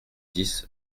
dix